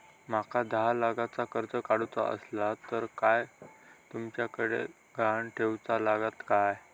माका दहा लाखाचा कर्ज काढूचा असला तर काय तुमच्याकडे ग्हाण ठेवूचा लागात काय?